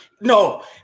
No